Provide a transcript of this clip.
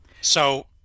So-